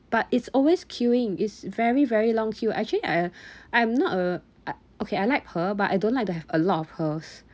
but it's always queuing is very very long queue actually I I'm not a I okay I like pearl but I don't like to have a lot of pearls